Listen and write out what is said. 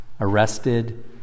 arrested